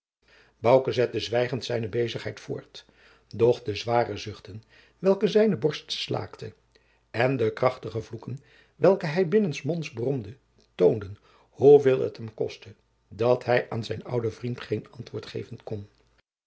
zette zwijgend zijne bezigheid voort doch de zware zuchten welke zijne borst slaakte en de krachtige vloeken welke hij binnensmonds bromde toonden hoeveel het hem kostte dat hij aan zijn ouden vriend geen antwoord geven kon